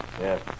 Yes